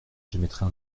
j’émettrai